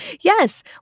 Yes